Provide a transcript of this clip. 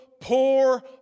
poor